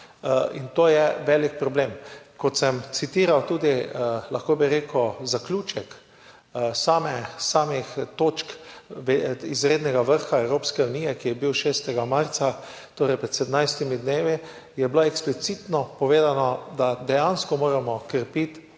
in to je velik problem. Kot sem citiral tudi, lahko bi rekel, zaključek samih točk izrednega vrha Evropske unije, ki je bil 6. marca, torej pred 17 dnevi, eksplicitno je bilo povedano, da dejansko moramo krepiti